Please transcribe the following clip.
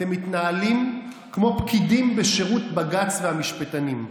אתם מתנהלים כמו פקידים בשירות בג"ץ והמשפטנים,